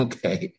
Okay